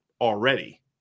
already